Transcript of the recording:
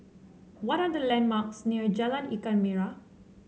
what are the landmarks near Jalan Ikan Merah